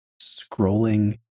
scrolling